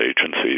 agencies